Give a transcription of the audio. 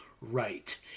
right